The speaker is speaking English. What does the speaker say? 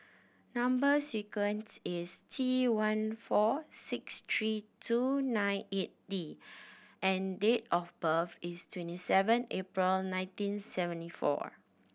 number sequence is T one four six three two nine eight D and date of birth is twenty seven April nineteen seventy four